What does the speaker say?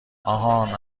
آهان